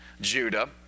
Judah